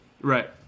Right